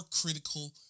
critical